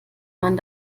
man